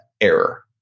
error